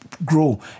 grow